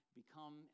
become